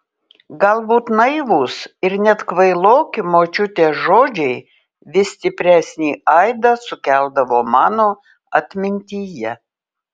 galbūt naivūs ir net kvailoki močiutės žodžiai vis stipresnį aidą sukeldavo mano atmintyje